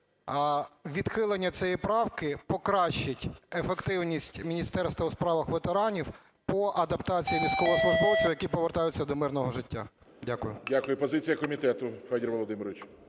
відхилення цієї правки покращить ефективність Міністерства у справах ветеранів по адаптації військовослужбовців, які повертаються до мирного життя. Дякую. ГОЛОВУЮЧИЙ. Позиція комітету, Федір Володимирович.